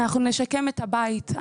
אנחנו נשקם את הבית,